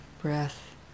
breath